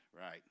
right